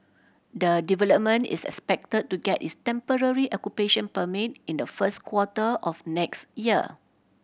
the development is expected to get its temporary occupation permit in the first quarter of next year